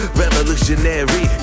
revolutionary